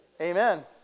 Amen